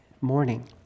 morning